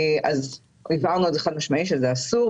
אז הבהרנו חד משמעית שזה אסור,